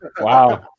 Wow